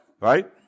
right